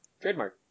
Trademark